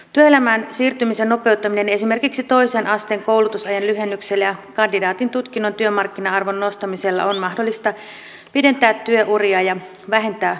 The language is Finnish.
työelämään siirtymisen nopeuttamisella esimerkiksi toisen asteen koulutusaikaa lyhentämällä ja kandidaatin tutkinnon työmarkkina arvoa nostamalla on mahdollista pidentää työuria ja vähentää kustannuksia